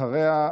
ואחריה,